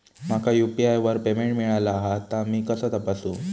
माका यू.पी.आय वर पेमेंट मिळाला हा ता मी कसा तपासू?